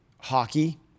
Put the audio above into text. hockey